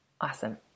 Awesome